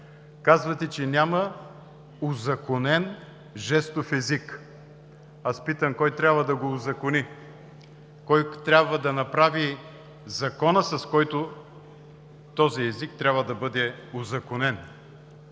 казвате, че няма узаконен жестов език. Аз питам: кой трябва да го узакони? Кой трябва да направи закона, с който този език трябва да бъде узаконен?